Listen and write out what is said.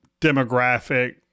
demographic